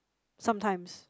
sometimes